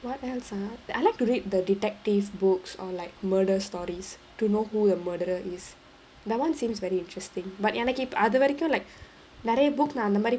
what else uh I like to read the detective books or like murder stories to know who the murderer is that one seems very interesting but எனக்கிப் அது வரைக்கு:enakkip athu varaikku like நறைய:naraiya book அந்தமாரி:andhamaari